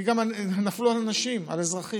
כי גם נפלו על אנשים, על אזרחים.